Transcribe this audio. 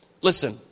Listen